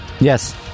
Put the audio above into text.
Yes